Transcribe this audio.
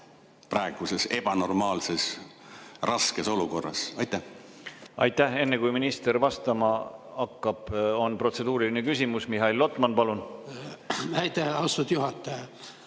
praeguses ebanormaalses raskes olukorras? Aitäh! Enne kui minister vastama hakkab, on protseduuriline küsimus. Mihhail Lotman, palun! Aitäh! Enne kui